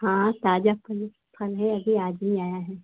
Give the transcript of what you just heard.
हाँ ताज़ा फल फल है अभी आज ही आया है